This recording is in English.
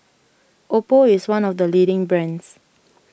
Oppo is one of the leading brands